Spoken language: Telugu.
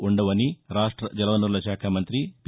ఉండవని రాష్ట జలవనరుల శాఖ మంతి పి